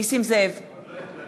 נגד חנין